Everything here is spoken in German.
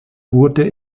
wurde